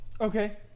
Okay